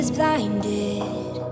blinded